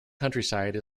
countryside